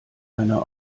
einer